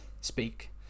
speak